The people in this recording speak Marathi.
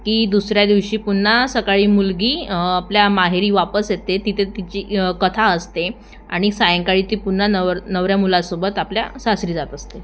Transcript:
की दुसऱ्या दिवशी पुन्हा सकाळी मुलगी आपल्या माहेरी वापस येते तिथे तिची कथा असते आणि सायंकाळी ती पुन्हा नवर नवऱ्या मुलासोबत आपल्या सासरी जात असते